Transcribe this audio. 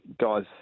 Guys